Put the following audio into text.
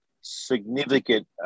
significant